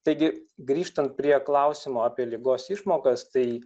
taigi grįžtant prie klausimo apie ligos išmokas tai